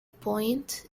point